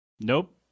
nope